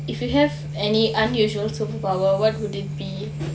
if you have any unusual superpower what would it be